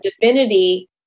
divinity